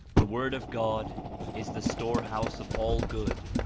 the word of god is the storehouse of all good,